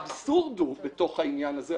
האבסורד הוא בתוך העניין הזה,